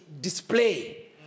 display